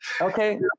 Okay